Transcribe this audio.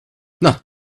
not